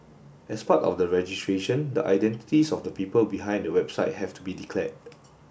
as part of the registration the identities of the people behind the website have to be declared